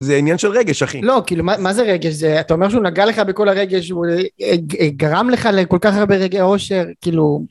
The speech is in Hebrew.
זה עניין של רגש, אחי. לא, כאילו, מה זה רגש? אתה אומר שהוא נגע לך בכל הרגש, הוא גרם לך לכל כך הרבה רגעי אושר, כאילו...